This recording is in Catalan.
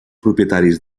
propietaris